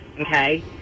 okay